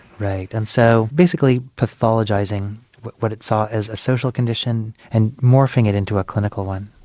right, and so basically pathologising what what it saw as a social condition and morphing it into a clinical one.